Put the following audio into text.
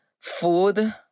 food